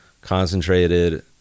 concentrated